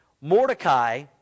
Mordecai